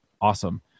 awesome